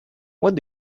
what